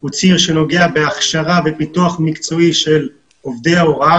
הוא ציר שנוגע בהכשרה ופיתוח מקצועי של עובדי ההוראה.